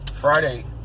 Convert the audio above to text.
Friday